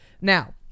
Now